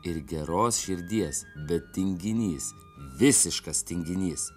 ir geros širdies bet tinginys visiškas tinginys